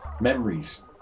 memories